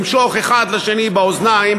למשוך האחד לשני באוזניים,